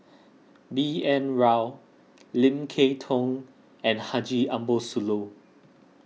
B N Rao Lim Kay Tong and Haji Ambo Sooloh